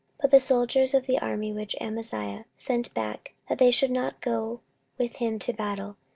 but the soldiers of the army which amaziah sent back, that they should not go with him to battle,